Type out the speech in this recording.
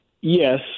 yes